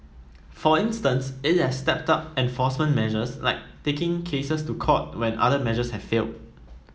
for instance it has stepped up enforcement measures like taking cases to court when other measures have failed